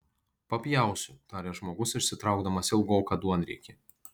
papjausiu tarė žmogus išsitraukdamas ilgoką duonriekį